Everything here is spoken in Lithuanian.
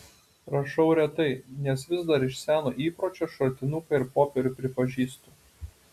rašau retai nes vis dar iš seno įpročio šratinuką ir popierių pripažįstu